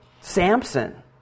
Samson